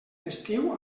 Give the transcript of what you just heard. estiu